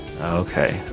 Okay